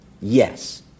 yes